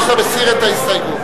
אתה מסיר את ההסתייגות?